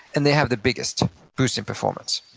and they have the biggest boost in performance.